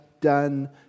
done